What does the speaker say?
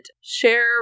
share